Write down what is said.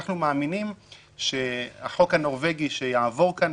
אנחנו מאמינים שהחוק הנורווגי שיעבור כאן,